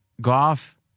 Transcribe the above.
golf